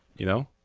you know.